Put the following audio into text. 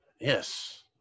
Yes